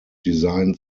design